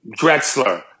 Drexler